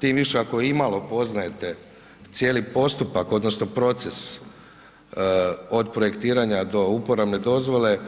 Tim više ako imalo poznajete cijeli postupak, odnosno proces od projektiranja do uporabne dozvole